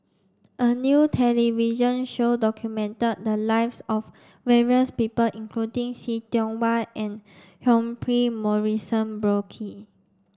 a new television show documented the lives of various people including See Tiong Wah and Humphrey Morrison Burkill